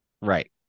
Right